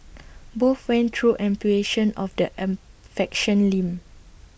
both went through amputation of the an faction limb